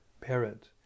parrot